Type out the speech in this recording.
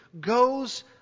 goes